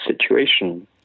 situation